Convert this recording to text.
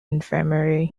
infirmary